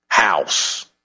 House